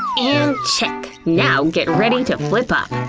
and check! now get ready to flip up!